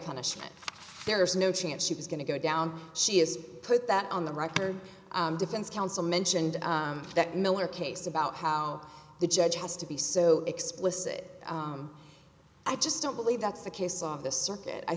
punishment there is no chance she was going to go down she has put that on the record defense council mentioned that miller case about how the judge has to be so explicit i just don't believe that's the case of the circuit i